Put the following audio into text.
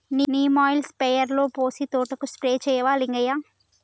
neem oil స్ప్రేయర్లో పోసి తోటకు స్ప్రే చేయవా లింగయ్య